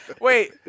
Wait